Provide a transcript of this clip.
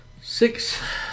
Six